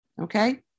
okay